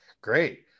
Great